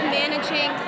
managing